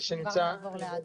שנמצא -- כן, כבר נעבור לאדם.